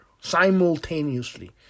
Simultaneously